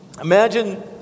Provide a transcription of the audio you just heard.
imagine